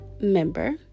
member